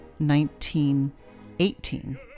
1918